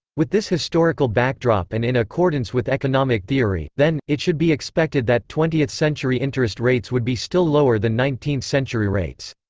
with this historical backdrop and in accordance with economic theory, then, it should be expected that twentieth-century interest rates would be still lower than nineteenth-century rates.